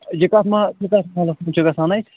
یہِ کَتھ ما یہِ کَتھ مَاہلِس منٛز چھُ گژھان اَتہِ